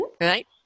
Right